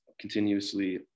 continuously